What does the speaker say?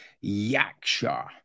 yaksha